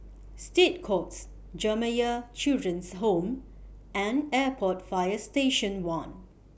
State Courts Jamiyah Children's Home and Airport Fire Station one